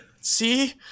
See